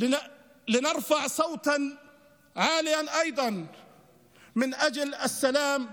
כדי שנרים קול גדול גם למען השלום.